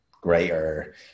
greater